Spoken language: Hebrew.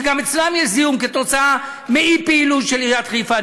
שגם אצלם יש זיהום כתוצאה מאי-פעילות של עיריית חיפה.